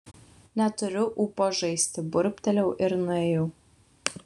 neturiu ūpo žaisti burbtelėjau ir nuėjau